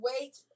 wait